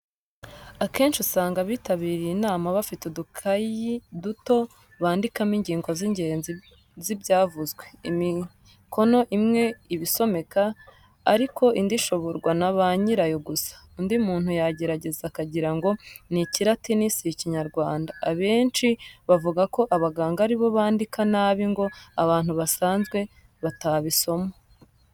Akenshi usanga abitabiriye inama bafite udukayi duto bandikamo ingingo z'ingenzi z'ibyavuzwe; imikono imwe iba isomeka ariko indi ishoborwa na ba nyirayo gusa, undi muntu yagerageza akagirango ni Ikiratini si Ikinyarwanda, abenshi bavuga ko abaganga ari bo bandika nabi ngo abantu basanzwe batabisoma.